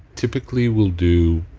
typically, we'll do,